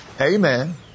Amen